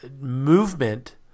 movement